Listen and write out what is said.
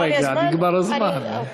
נגמר לי הזמן?